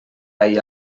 ahir